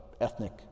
ethnic